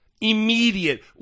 immediate